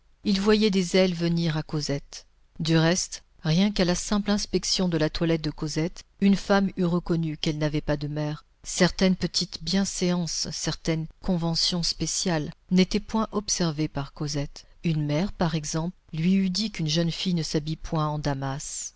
il voyait des ailes venir à cosette du reste rien qu'à la simple inspection de la toilette de cosette une femme eût reconnu qu'elle n'avait pas de mère certaines petites bienséances certaines conventions spéciales n'étaient point observées par cosette une mère par exemple lui eût dit qu'une jeune fille ne s'habille point en damas